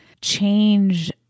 change